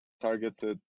targeted